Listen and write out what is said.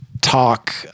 talk